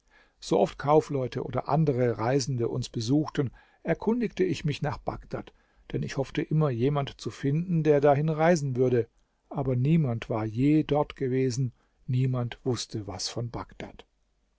sooft kaufleute oder andere reisende uns besuchten erkundigte ich mich nach bagdad denn ich hoffte immer jemand zu finden der dahin reisen würde aber niemand war je dort gewesen niemand wußte was von bagdad